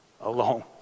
alone